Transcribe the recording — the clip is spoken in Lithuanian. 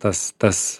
tas tas